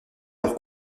leur